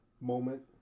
moment